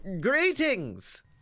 Greetings